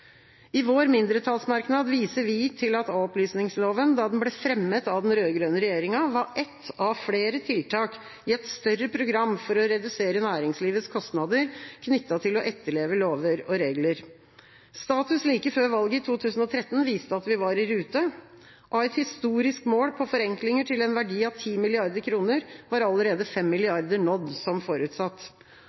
I vår mindretallsmerknad viser vi til at a-opplysningsloven da den ble fremmet av den rød-grønne regjeringa, var ett av flere tiltak i et større program for å redusere næringslivets kostnader knyttet til å etterleve lover og regler. Status like før valget i 2013 viste at vi var i rute. Av et historisk mål på forenklinger til en verdi av 10 mrd. kr, var allerede 5 mrd. kr nådd som forutsatt.